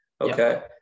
Okay